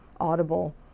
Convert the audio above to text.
audible